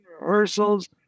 rehearsals